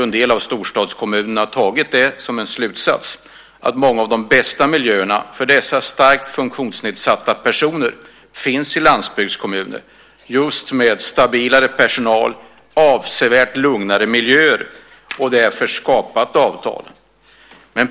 En del av storstadskommunerna har delvis dragit slutsatsen att de bästa miljöerna för dessa svårt funktionshindrade personer ofta finns på landsbygden. Just för att där finns stabilare personal och avsevärt lugnare miljöer har man träffat avtal med dem.